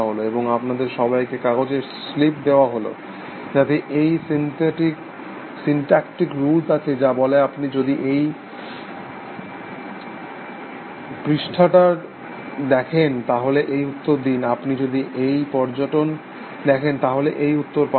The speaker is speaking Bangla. এবং আপনাদের সবাইকে কাগজের স্লিপ দেওয়া হল যাতে এই সিন্ট্যাটিক রুলসআছে যা বলে আপনি যদি এই প্যাটার্নটা দেখেন তাহলে এই উত্তর দিন আপনি যদি এই প্যাটার্ন দেখেন তাহলে এই উত্তর পাঠান